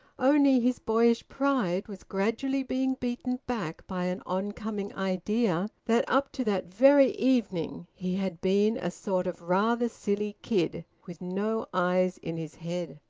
only his boyish pride was gradually being beaten back by an oncoming idea that up to that very evening he had been a sort of rather silly kid with no eyes in his head.